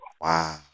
Wow